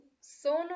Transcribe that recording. sono